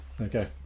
Okay